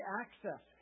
access